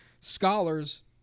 scholars